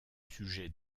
sujets